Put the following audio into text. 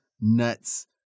nuts